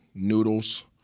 Noodles